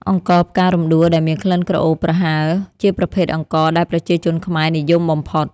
អង្ករផ្ការំដួលដែលមានក្លិនក្រអូបប្រហើរ ជាប្រភេទអង្ករដែលប្រជាជនខ្មែរនិយមបំផុត។